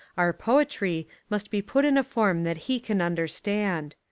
our poetry must be put in a form that he can under stand.